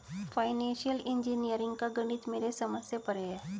financial engineering का गणित मेरे समझ से परे है